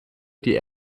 die